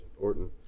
Orton